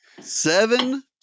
seven